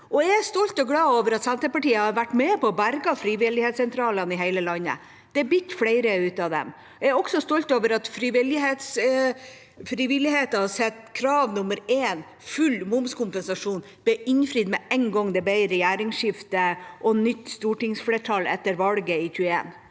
Jeg er stolt og glad over at Senterpartiet har vært med på å berge frivillighetssentralene i hele landet. Det er blitt flere av dem. Jeg er også stolt over at frivillighetens krav nummer én, full momskompensasjon, ble innfridd med en gang det ble regjeringsskifte og nytt stortingsflertall etter valget i 2021.